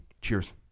Cheers